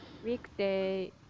Weekday